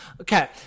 okay